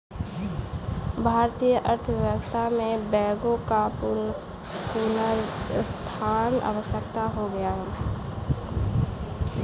भारतीय अर्थव्यवस्था में बैंकों का पुनरुत्थान आवश्यक हो गया है